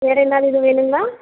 வேறு என்னாவது இது வேணுங்களா